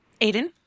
Aiden